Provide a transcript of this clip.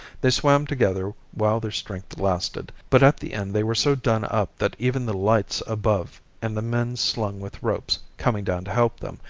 they swam together while their strength lasted, but at the end they were so done up that even the lights above, and the men slung with ropes, coming down to help them,